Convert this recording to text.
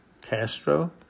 Castro